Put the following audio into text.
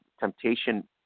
temptation